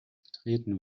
betreten